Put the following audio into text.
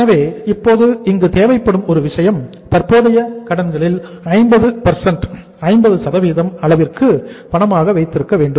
எனவே இப்போது இங்கு தேவைப்படும் ஒரு விஷயம் தற்போதைய கடன்களில் 50 அளவிற்கு பணமாக வைத்திருக்க வேண்டும்